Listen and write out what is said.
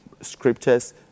scriptures